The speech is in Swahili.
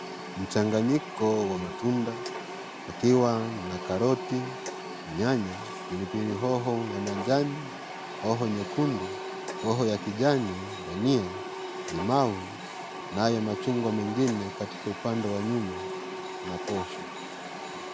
Mchanganyiko wa matunda, pakiwa na karoti, nyanya, pilipili hoho ya manjano, hoho nyekundu, hoho ya kijani, dania, limau nayo wachungwa mengine upande wa nyuma na posho.